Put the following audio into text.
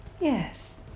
Yes